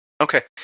Okay